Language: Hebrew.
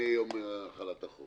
לעולמו מיום החלת החוק.